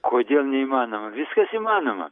kodėl neįmanoma viskas įmanoma